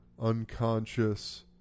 unconscious